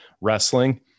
Wrestling